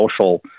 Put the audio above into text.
social